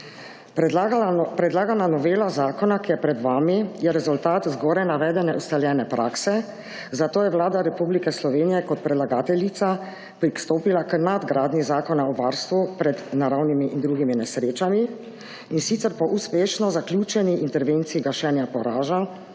Predlagana novela zakona, ki je pred vami, je rezultat zgoraj navedene ustaljene prakse, zato je Vlada Republike Slovenije, kot predlagateljica **5. TRAK (VI) 10.20** (nadaljevanje) pristopila k nadgradnji zakona o varstvu pred naravnimi in drugimi nesrečami, in sicer po uspešno zaključeni intervenciji gašenja požara